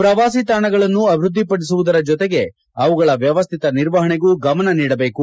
ಪ್ರವಾಸಿ ತಾಣಗಳನ್ನು ಅಭಿವೃದ್ಧಿಪಡಿಸುವುದರ ಜೊತೆಗೆ ಅವುಗಳ ವ್ಯವಸ್ಥಿತ ನಿರ್ವಹಣೆಗೂ ಗಮನ ಕೊಡಬೇಕು